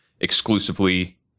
exclusively